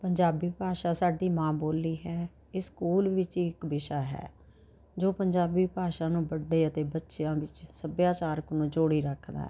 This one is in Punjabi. ਪੰਜਾਬੀ ਭਾਸ਼ਾ ਸਾਡੀ ਮਾਂ ਬੋਲੀ ਹੈ ਇਹ ਸਕੂਲ ਵਿੱਚ ਇਹ ਇੱਕ ਵਿਸ਼ਾ ਹੈ ਜੋ ਪੰਜਾਬੀ ਭਾਸ਼ਾ ਨੂੰ ਵੱਡੇ ਅਤੇ ਬੱਚਿਆਂ ਵਿੱਚ ਸੱਭਿਆਚਾਰਕ ਨੂੰ ਜੋੜੀ ਰੱਖਦਾ